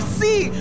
see